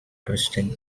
twisting